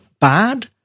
bad